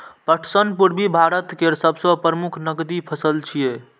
पटसन पूर्वी भारत केर सबसं प्रमुख नकदी फसल छियै